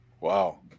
wow